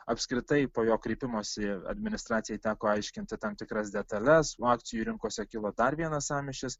apskritai po jo kreipimosi administracijai teko aiškinti tam tikras detales o akcijų rinkose kilo dar vienas sąmyšis